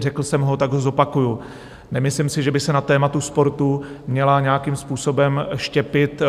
Řekl jsem ho, tak ho zopakuji: nemyslím si, že by se na tématu sportu měly nějakým způsobem štěpit